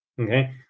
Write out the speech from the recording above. Okay